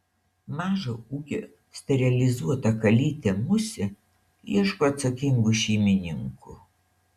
mažo ūgio sterilizuota kalytė musė ieško atsakingų šeimininkų